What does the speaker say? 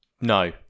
No